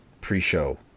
pre-show